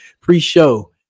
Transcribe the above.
pre-show